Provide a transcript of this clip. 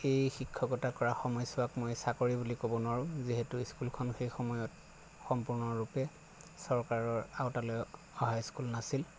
এই শিক্ষকতা কৰা সময়ছোৱাক মই চাকৰি বুলি ক'ব নোৱাৰোঁ যিহেতু স্কুলখন সেই সময়ত সম্পূৰ্ণৰূপে চৰকাৰৰ আউতালৈ অহা স্কুল নাছিল